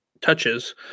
touches